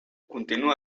continua